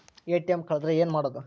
ATM ಕಳದ್ರ ಏನು ಮಾಡೋದು?